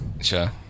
Sure